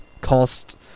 cost